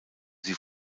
sie